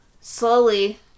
slowly